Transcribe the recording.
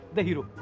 the hero.